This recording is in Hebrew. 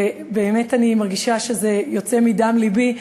ובאמת, אני מרגישה שזה יוצא מדם לבי: